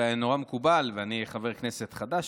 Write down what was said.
ואני חבר כנסת חדש,